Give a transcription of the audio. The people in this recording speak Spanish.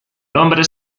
nombre